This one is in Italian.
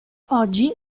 oggi